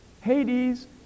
Hades